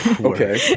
okay